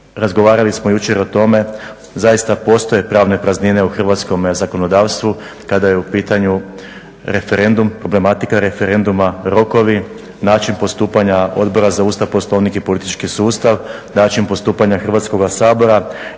razgovarali smo jučer o tome, zaista postoje pravne praznine u hrvatskom zakonodavstvu kada je u pitanju referendum, problematika referenduma, rokovi, način postupanja Odbora za Ustav, Poslovnik i politički sustav, način postupanja Hrvatskoga sabora,